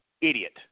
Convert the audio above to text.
idiot